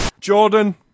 Jordan